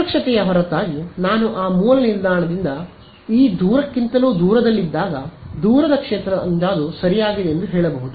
ಸುರಕ್ಷತೆಯ ಹೊರತಾಗಿ ನಾನು ಆ ಮೂಲ ನಿಲ್ದಾಣದಿಂದ ಈ ದೂರಕ್ಕಿಂತಲೂ ದೂರದಲ್ಲಿದ್ದಾಗ ದೂರದ ಕ್ಷೇತ್ರದ ಅಂದಾಜು ಸರಿಯಾಗಿದೆ ಎಂದು ಹೇಳಬಹುದು